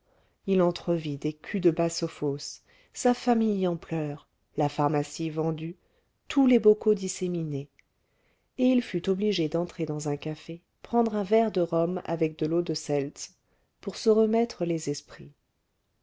il entrevit des culs de basse-fosse sa famille en pleurs la pharmacie vendue tous les bocaux disséminés et il fut obligé d'entrer dans un café prendre un verre de rhum avec de l'eau de seltz pour se remettre les esprits